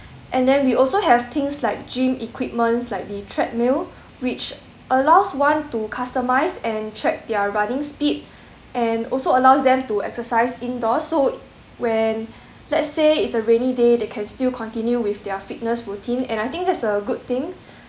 and then we also have things like gym equipments like the treadmill which allows one to customise and track their running speed and also allows them to exercise indoors so when let's say it's a rainy day they can still continue with their fitness routine and I think that's a good thing